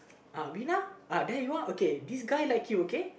uh Rinauhthere you uh this guy like you okay